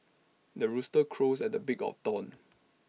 the rooster crows at the break of dawn